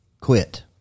Quit